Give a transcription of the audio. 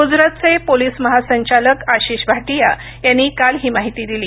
गुजरातचे पोलीस महासंचालक आशिष भाटिया यांनी काल ही माहिती दिली